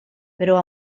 però